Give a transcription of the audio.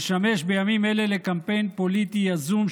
משמש בימים אלה לקמפיין פוליטי יזום,